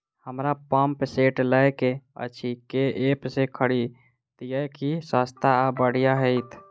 हमरा pump set लय केँ अछि केँ ऐप सँ खरिदियै की सस्ता आ बढ़िया हेतइ?